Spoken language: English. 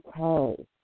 okay